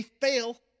fail